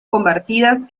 convertidas